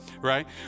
right